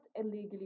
illegally